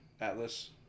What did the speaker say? Atlas